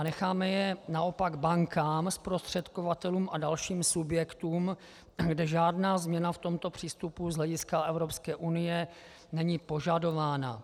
necháme naopak bankám, zprostředkovatelům a dalším subjektům, kde žádná změna v tomto přístupu z hlediska Evropské unie není požadována.